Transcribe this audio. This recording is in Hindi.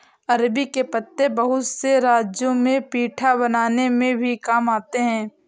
अरबी के पत्ते बहुत से राज्यों में पीठा बनाने में भी काम आते हैं